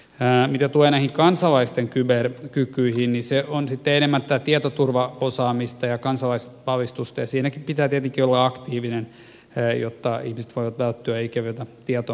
mitä tulee näihin kansalaisten kyberkykyihin niin se on sitten enemmän tätä tietoturvaosaamista ja kansalaisvalistusta ja siinäkin pitää tietenkin olla aktiivinen jotta ihmiset voivat välttyä ikäviltä tietomurroilta